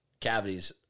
cavities